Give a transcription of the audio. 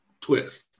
twist